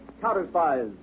counter-spies